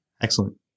Excellent